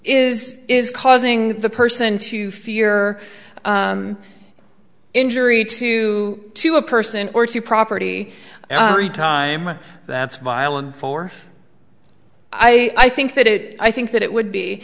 is is causing the person to fear or injury to to a person or to property time that's violent fourth i think that it i think that it would be